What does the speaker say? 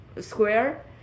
Square